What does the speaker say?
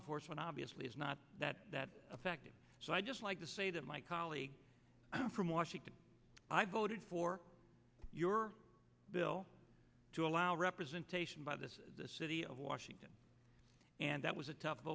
enforcement obviously is not that effective so i just like to say to my colleague from washington i voted for your bill to allow representation by this the city of washington and that was a tough